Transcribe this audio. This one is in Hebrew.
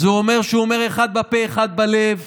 זה אומר שהוא אומר אחד בפה ואחד בלב.